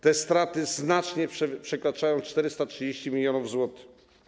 Te straty znacznie przekraczają 430 mln zł.